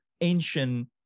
ancient